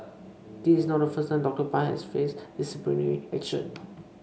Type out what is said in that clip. this is not the first time Doctor Pang has faced disciplinary action